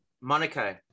Monaco